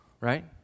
Right